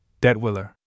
Detwiller